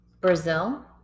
Brazil